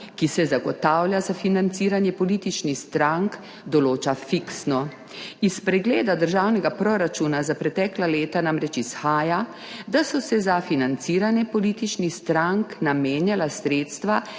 ki se zagotavlja za financiranje političnih strank, določa fiksno. Iz pregleda državnega proračuna za pretekla leta namreč izhaja, da so se za financiranje političnih strank namenjala sredstva